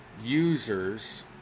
users